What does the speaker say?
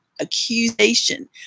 Accusation